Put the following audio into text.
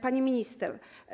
Pani Minister!